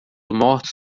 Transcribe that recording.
mortos